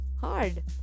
hard